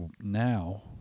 Now